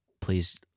please